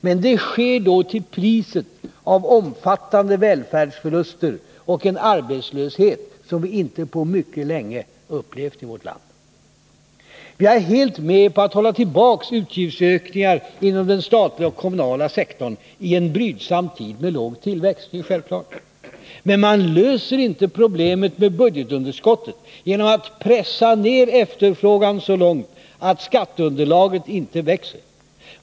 Men det sker då till priset av omfattande välfärdsförluster och en arbetslöshet som vi inte på mycket länge upplevt i vårt land. Vi är självfallet helt med på att hålla tillbaka utgiftsökningen inom den statliga och kommunala sektorn i en brydsam tid med låg tillväxt. Men man löser inte problemet med budgetunderskottet genom att pressa ner efterfrågan så långt att skatteunderlaget inte växer.